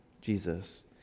Jesus